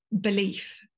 belief